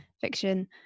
fiction